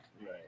Right